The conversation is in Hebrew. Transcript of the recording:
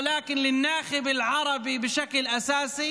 ולמצביע הערבי בפרט,